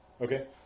Okay